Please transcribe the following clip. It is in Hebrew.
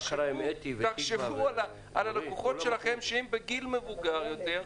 תחשבו על הלקוחות שהם בגיל מבוגר יותר,